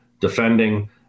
defending